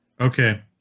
Okay